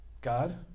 God